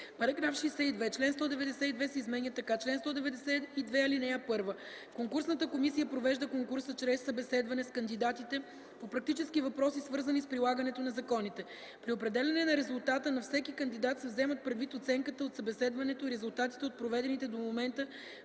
§ 62: „§ 62. Член 192 се изменя така: „Чл. 192. (1) Конкурсната комисия провежда конкурса чрез събеседване с кандидатите по практически въпроси, свързани с прилагането на законите. При определяне на резултата на всеки кандидат се вземат предвид оценката от събеседването и резултатите от проведените до момента